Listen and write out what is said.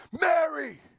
Mary